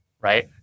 right